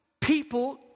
people